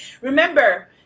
Remember